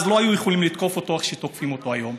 אז לא היו יכולים לתקוף אותו כמו שתוקפים אותו היום.